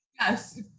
Yes